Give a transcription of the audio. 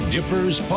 Dippers